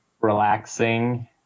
relaxing